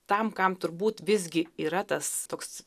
tam kam turbūt visgi yra tas toks